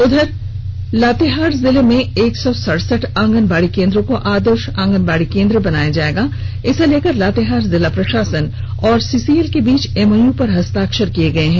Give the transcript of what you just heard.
उधर लातेहार जिले में एक सौ सड़सठ आंगनबाड़ीकेंद्रों को आदर्श आंगनबाड़ी केंद्र बनाया जाएगा इसे लेकर लातेहार जिला प्रशासन और सीसीएल के बीच एमओयू पर हस्ताक्षर किया गया है